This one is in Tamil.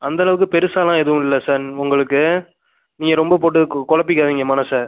அந்த அளவுக்கு பெருசாலாம் எதுவும் இல்லை சார் உங்களுக்கு நீங்கள் ரொம்ப போட்டு கு குழப்பிக்காதீங்க மனசை